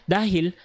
Dahil